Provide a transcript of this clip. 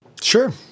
Sure